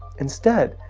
instead,